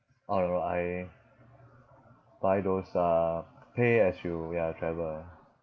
orh no no I buy those uh pay as you ya travel